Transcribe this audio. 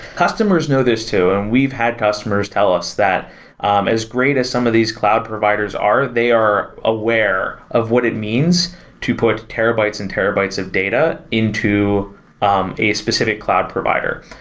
customers know this too, and we've had customers tell us that um as great as some of these cloud providers are, they are aware of what it means to put terabytes and terabytes of data into um a specific cloud provider.